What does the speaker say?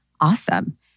Awesome